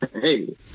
hey